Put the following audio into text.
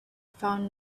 found